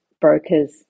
brokers